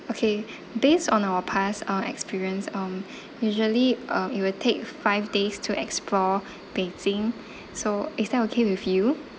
okay based on our past uh experience um usually uh it will take five days to explore beijing so is that okay with you